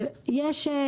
שיש,